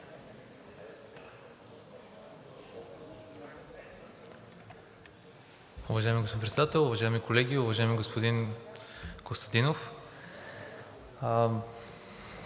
Уважаеми господин Председател, уважаеми колеги! Уважаеми господин Костадинов,